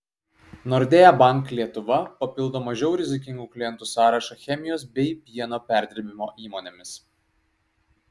nordea bank lietuva papildo mažiau rizikingų klientų sąrašą chemijos bei pieno perdirbimo įmonėmis